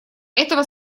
этого